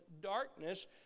darkness